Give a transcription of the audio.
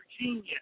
genius